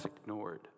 ignored